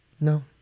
No